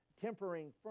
tempering